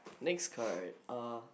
next card uh